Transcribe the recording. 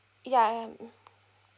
ya um